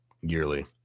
yearly